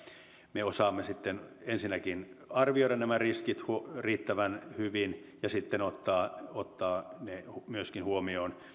me osaamme ensinnäkin arvioida nämä riskit riittävän hyvin ja ottaa ottaa sitten ne huomioon